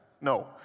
No